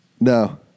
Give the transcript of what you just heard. no